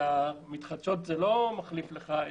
כי זה לא מחליף הספק,